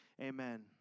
Amen